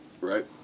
Right